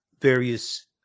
various